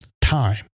Time